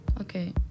Okay